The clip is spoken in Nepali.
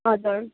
हजुर